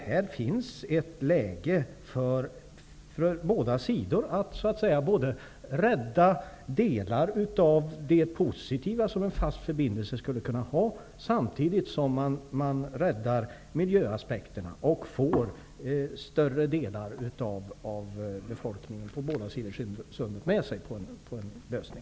Här finns ett läge för båda sidor att rädda delar av det positiva som en fast förbindelse skulle kunna föra med sig samtidigt som man räddar miljöaspekterna och får större delar av befolkningen på båda sidor om sundet med sig på en lösning.